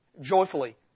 Joyfully